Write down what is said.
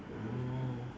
mm